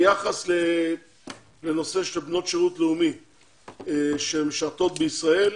ביחס לנושא של בנות שירות לאומי שמשרתות בישראל,